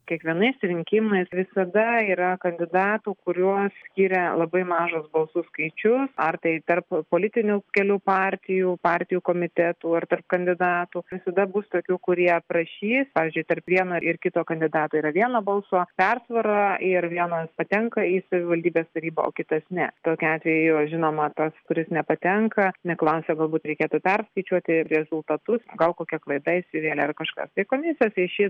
kiekvienais rinkimais visada yra kandidatų kuriuos skiria labai mažas balsų skaičius ar tai tarp politinių kelių partijų partijų komitetų ar tarp kandidatų visada bus tokių kurie prašys pavyzdžiui tarp vieno ir kito kandidato yra vieno balso persvara ir vienas patenka į savivaldybes tarybą o kitas ne tokiu atveju yra žinoma tas kuris nepatenka neklausia galbūt reikėtų perskaičiuoti rezultatus gal kokia klaida įsivėlė ir kažką tai komisija apie šį